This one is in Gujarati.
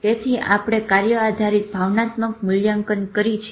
તેથી આપણે કાર્ય આધારિત ભાવનાત્મક મૂલ્યાંકન કરી છીએ